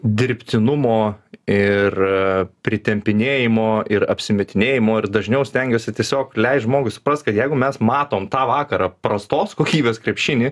dirbtinumo ir pritempinėjimo ir apsimetinėjimo ir dažniau stengiuosi tiesiog leist žmogui suprast kad jeigu mes matom tą vakarą prastos kokybės krepšinį